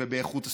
באיכות הלימודים,